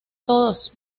todos